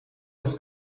des